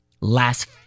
last